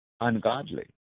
ungodly